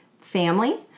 family